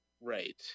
right